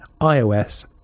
iOS